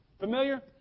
Familiar